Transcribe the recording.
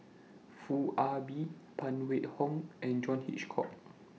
Foo Ah Bee Phan Wait Hong and John Hitchcock